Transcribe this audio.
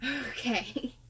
Okay